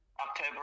October